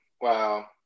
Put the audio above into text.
Wow